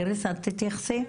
איריס, את תתייחסי?